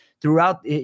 throughout